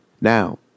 Now